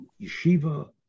yeshiva